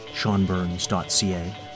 SeanBurns.ca